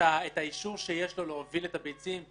את האישור שיש לו להוביל את הביצים,